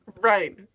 Right